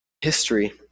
history